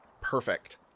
Perfect